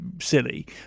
silly